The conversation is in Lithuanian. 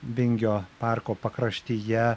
vingio parko pakraštyje